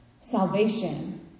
salvation